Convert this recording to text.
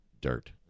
dirt